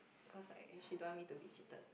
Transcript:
cause like she don't want me to be cheated